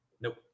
Nope